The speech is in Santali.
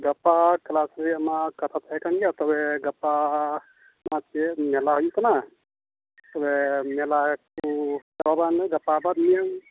ᱜᱟᱯᱟ ᱠᱞᱟᱥ ᱨᱮᱭᱟᱜ ᱢᱟ ᱠᱟᱛᱷᱟ ᱛᱟᱦᱮᱸ ᱠᱟᱱ ᱜᱮᱭᱟ ᱛᱚᱵᱮ ᱜᱟᱯᱟ ᱱᱟᱥᱮᱭᱟᱜ ᱢᱮᱞᱟ ᱦᱩᱭᱩᱜ ᱠᱟᱱᱟ ᱛᱚᱵᱮ ᱢᱮᱞᱟ ᱠᱚ ᱜᱟᱯᱟ ᱵᱟᱫᱽ ᱢᱮᱭᱟᱝ